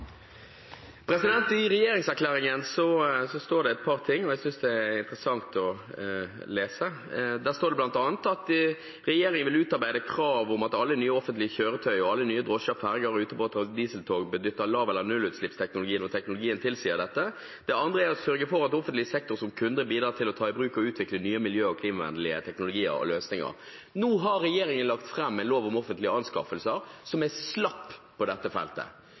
står det et par ting som jeg synes det er interessant å lese. Der står det bl.a. at regjeringen vil: «Utarbeide krav om at alle nye offentlige kjøretøyer, og alle nye drosjer, ferger, rutebåter og dieseltog, benytter lav- eller nullutslippsteknologi når teknologien tilsier dette.» Det andre er: «Sørge for at offentlig sektor som kunde bidrar til å ta i bruk og utvikle nye miljø- og klimavennlige teknologier og løsninger.» Nå har regjeringen lagt fram en lov om offentlige anskaffelser som er slapp på dette feltet.